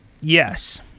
Yes